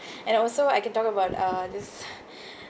and also I can talk about uh this